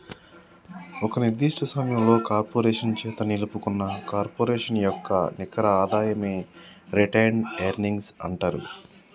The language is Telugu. ఒక నిర్దిష్ట సమయంలో కార్పొరేషన్ చేత నిలుపుకున్న కార్పొరేషన్ యొక్క నికర ఆదాయమే రిటైన్డ్ ఎర్నింగ్స్ అంటరు